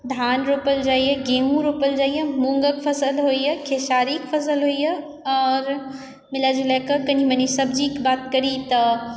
धान रोपल जाइए गेहुँ रोपल जाइए मूँगक फसल होइए खेसारीक फसल होइए आओर मिला जुलाकऽ कनि सब्जिक बात करी तऽ